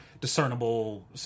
discernible